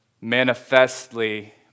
manifestly